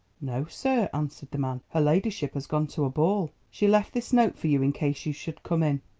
no, sir, answered the man, her ladyship has gone to a ball. she left this note for you in case you should come in.